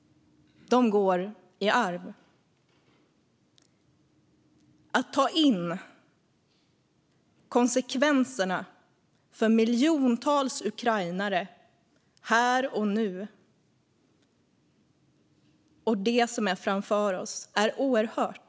De såren går i arv. Att ta in konsekvenserna för miljontals ukrainare här och nu och i det som är framför oss är oerhört.